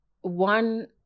one